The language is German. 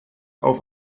auf